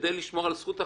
כדי לשמור על זוכת החפות?